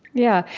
yeah.